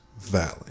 valley